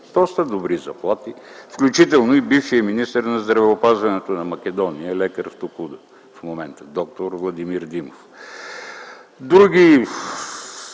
доста добри заплати. Включително и бившият министър на здравеопазването на Македония е лекар в „Токуда” в момента – д-р Владимир Димов. Други